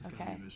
Okay